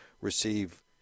receive